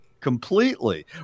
completely